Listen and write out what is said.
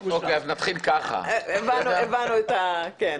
אוקיי, אז נתחיל ככה --- הבנו את ה כן.